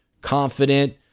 Confident